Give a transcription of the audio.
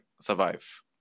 survive